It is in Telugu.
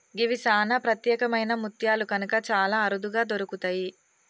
గివి సానా ప్రత్యేకమైన ముత్యాలు కనుక చాలా అరుదుగా దొరుకుతయి